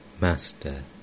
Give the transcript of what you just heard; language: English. Master